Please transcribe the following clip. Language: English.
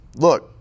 Look